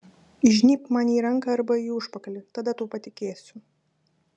įžnybk man į ranką arba į užpakalį tada tuo patikėsiu